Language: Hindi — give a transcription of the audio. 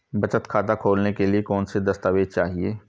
बचत खाता खोलने के लिए कौनसे दस्तावेज़ चाहिए?